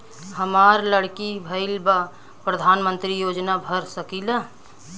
हमार लड़की भईल बा प्रधानमंत्री योजना भर सकीला?